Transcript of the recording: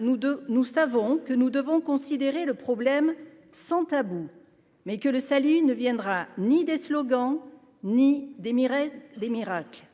nous, de nous savons que nous devons considérer le problème sans tabou, mais que le salut ne viendra ni des slogans ni des Mireille des miracles,